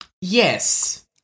Yes